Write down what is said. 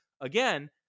Again